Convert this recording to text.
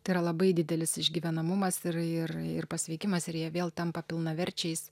tai yra labai didelis išgyvenamumas ir ir ir pasveikimas ir jie vėl tampa pilnaverčiais